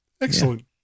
Excellent